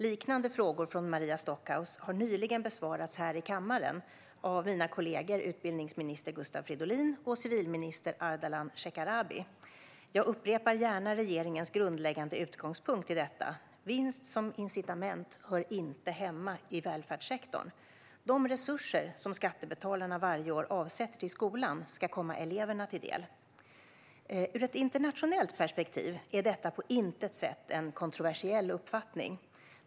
Liknande frågor från Maria Stockhaus har nyligen besvarats här i kammaren av mina kollegor utbildningsminister Gustav Fridolin och civilminister Ardalan Shekarabi. Jag upprepar gärna regeringens grundläggande utgångspunkt i fråga om detta: vinst som incitament hör inte hemma i välfärdssektorn. De resurser som skattebetalarna varje år avsätter till skolan ska komma eleverna till del. I ett internationellt perspektiv är detta på intet sätt en kontroversiell uppfattning.